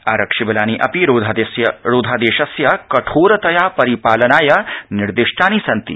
आरक्षिबलानि अपि रोधादेशस्य कठोरतया परिपालनाय विनिर्दिष्टानि सन्ति